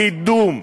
קידום,